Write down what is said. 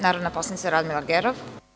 Narodna poslanica Radmila Gerov.